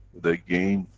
they gain,